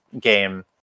game